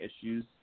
issues